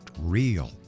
real